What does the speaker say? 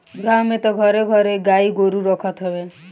गांव में तअ घरे घरे गाई गोरु रखत हवे